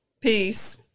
Peace